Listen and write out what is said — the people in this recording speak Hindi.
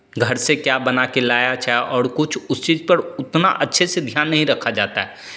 घर से क्या बना के लाया और कुछ उस चीज़ पर उतना अच्छे से ध्यान नहीं रखा जाता है